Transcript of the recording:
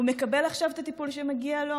הוא מקבל עכשיו את הטיפול שמגיע לו?